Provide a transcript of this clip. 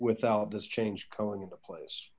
without this change going into place